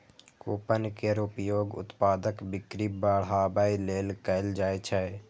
coupon केर उपयोग उत्पादक बिक्री बढ़ाबै लेल कैल जाइ छै